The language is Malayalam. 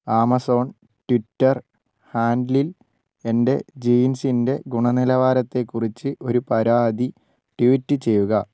ആമസോൺ ട്വിറ്റർ ഹാൻഡിലിൽ എന്റെ ജീൻസിൻ്റെ ഗുണനിലവാരത്തെക്കുറിച്ച് ഒരു പരാതി ട്വീറ്റ് ചെയ്യുക